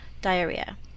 diarrhea